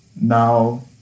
now